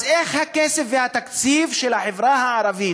אז איך הכסף והתקציב של החברה הערבית,